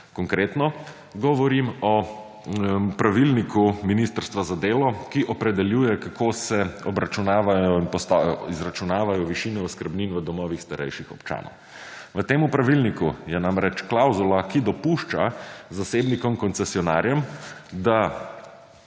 Konkretno govorim o pravilniku Ministrstva za delo, ki opredeljuje, kako se obračunavajo in izračunavajo višine oskrbnin v domovih starejših občanov. V tem pravilniku je namreč klavzula, ki dopušča zasebnikom-koncesionarjem, da